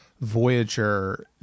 Voyager